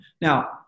Now